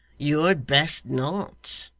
you had best not.